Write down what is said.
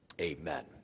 Amen